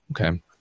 Okay